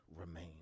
remain